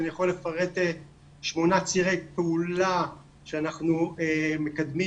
אני יכול לפרט שמונה צירי פעולה שאנחנו מקדמים